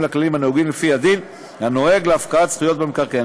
לכללים הנהוגים לפי הדין הנוהג להפקעת זכויות במקרקעין.